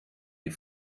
die